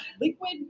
liquid